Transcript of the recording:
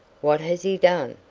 what has he done?